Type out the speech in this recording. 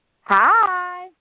Hi